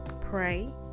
pray